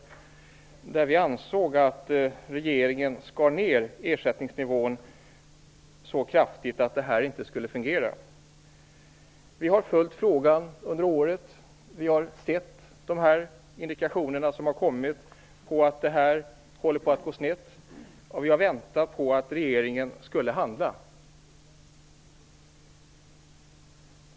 Vi ansåg att regeringen skar ned ersättningsnivån så kraftigt att detta inte skulle fungera. Vi har följt frågan under året, vi har sett indikationerna komma på att detta håller på att gå snett, och vi har väntat på att regeringen skulle handla.